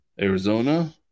Arizona